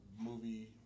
movie